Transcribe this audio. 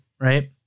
right